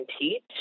teach